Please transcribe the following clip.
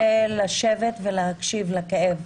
לשבת ולהקשיב לכאב